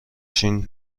چین